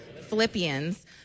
Philippians